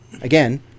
again